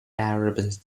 arabs